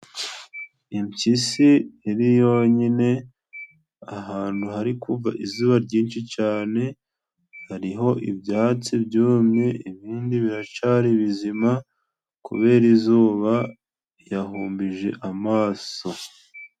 Impyisi iri yonyine ahantu hari kuva izuba ryinshi cyane, hariho ibyatsi byumye ibindi biracari bizima. Kubera izuba yahumbije amaso.